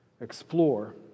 explore